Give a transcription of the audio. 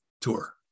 Tour